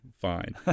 fine